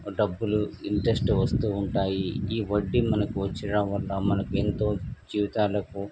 డబ్బులు ఇంట్రెస్టు వస్తూ ఉంటాయి ఈ వడ్డీ మనకు వచ్చిడం వల్ల మనకు ఎంతో జీవితాలకు